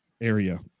area